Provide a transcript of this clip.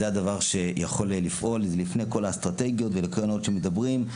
זה הדבר שיכול לפעול לפני כל האסטרטגיות וכל --- שמדברים.